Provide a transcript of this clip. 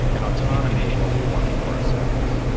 and autonomy is what we want for ourselves.